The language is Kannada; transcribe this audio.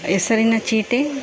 ಹೆಸರಿನ ಚೀಟಿ